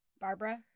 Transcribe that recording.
Barbara